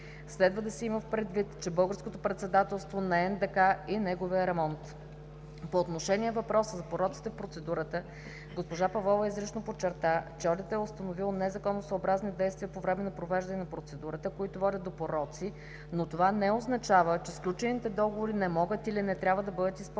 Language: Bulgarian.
Следва да се има предвид, че българското председателство не е НДК и неговия ремонт. По отношение въпроса за пороците в процедурата госпожа Павлова изрично подчерта, че одитът е установил незаконосъобразни действия по време на провеждането на процедурата, които водят до пороци в процедурата, но това не означава, че сключените договори не могат или не трябва да бъдат изпълнявани.